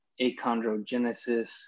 achondrogenesis